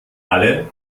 alle